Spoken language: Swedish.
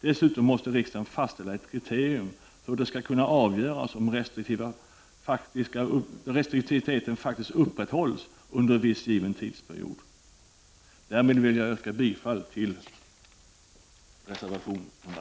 Dessutom måste riksdagen fastställa ett kriterium för att kunna avgöra om restriktiviteten faktiskt upprätthålls under en viss given tidsperiod. Därmed vill jag yrka bifall till reservation 1.